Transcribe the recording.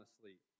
asleep